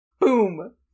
Boom